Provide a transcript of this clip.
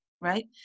right